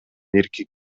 эркек